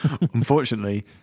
Unfortunately